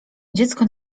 dziecko